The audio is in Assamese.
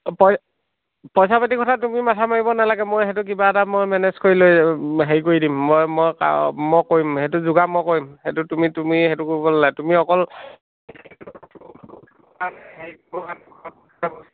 পই পইচা পাতি কথা তুমি মাথা মাৰিব নালাগে মই সেইটো কিবা এটা মই মেনেজ কৰি লৈ হেৰি কৰি দিম মই মই কাও মই কৰিম সেইটো যোগাৰ মই কৰিম সেইটো তুমি তুমি সেইটো কৰিব নালাগে তুমি অকল